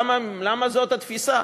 למה זאת התפיסה?